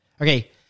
Okay